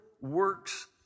works